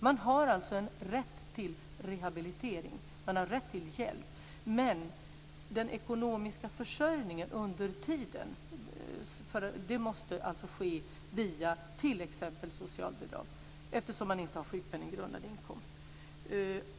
Man har rätt till rehabilitering och rätt till hjälp. Men den ekonomiska försörjningen under tiden måste ske via t.ex. socialbidrag, eftersom man inte har sjukpenninggrundande inkomst.